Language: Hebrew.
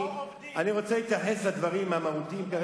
אני רוצה להתייחס כרגע לדברים המהותיים,